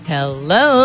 Hello